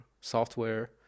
software